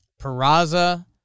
Peraza